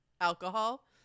Alcohol